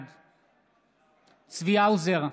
בעד צבי האוזר,